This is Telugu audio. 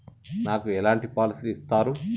నాకు ఎలాంటి పాలసీ ఇస్తారు?